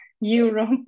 europe